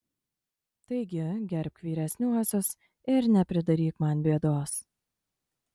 taigi gerbk vyresniuosius ir nepridaryk man bėdos